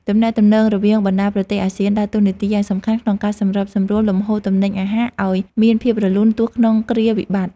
ទំនាក់ទំនងរវាងបណ្តាប្រទេសអាស៊ានដើរតួនាទីយ៉ាងសំខាន់ក្នុងការសម្របសម្រួលលំហូរទំនិញអាហារឱ្យមានភាពរលូនទោះក្នុងគ្រាវិបត្តិ។